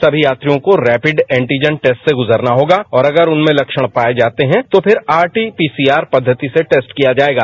सभी यात्रियों को रैपिड एंटीजन टेस्ट से गुजरना होगा और अगर उनमें लक्षण पाए जाते हैं तो फिर आरटी पीसीआर पद्धति से टेस्ट किया जाएगा